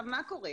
כרגע